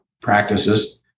practices